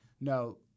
no